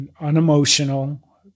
unemotional